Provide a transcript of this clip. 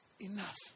enough